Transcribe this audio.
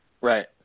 Right